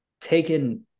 taken